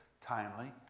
timely